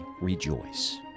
rejoice